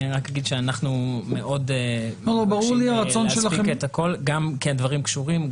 אני רק אגיד שאנחנו מאוד מבקשים להספיק את הכול גם כי הדברים קשורים,